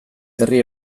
herri